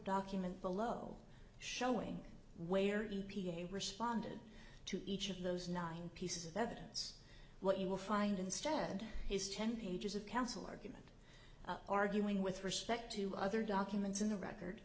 document below showing where e p a responded to each of those nine pieces of evidence what you will find instead is ten pages of counsel argument arguing with respect to other documents in the record